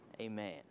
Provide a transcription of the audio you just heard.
Amen